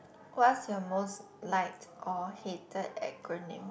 what's your most liked or hated acronym